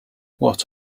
what